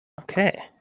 Okay